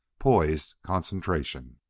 poised concentration.